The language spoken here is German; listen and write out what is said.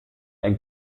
einen